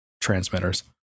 Transmitters